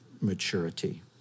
maturity